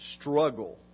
struggle